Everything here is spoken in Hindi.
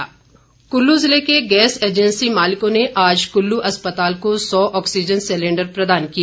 ऑक्सीजन सिलेंडर कुल्लू जिले के गैस एजेंसी मालिकों ने आज कुल्लू अस्पताल को सौ ऑक्सीजन सिलेंडर प्रदान किए